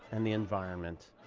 and the environment.